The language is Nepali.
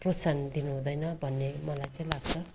प्रोत्साहन दिनुहुँदैन भन्ने मलाई चाहिँ लाग्छ